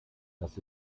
das